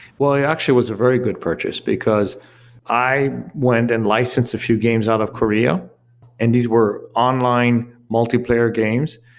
well, it actually was a very good purchase, because i went and licensed a few games out of korea and these were online multiplayer games.